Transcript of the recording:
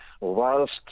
whilst